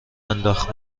انداخت